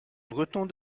bretons